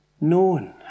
known